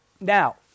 Now